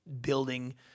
building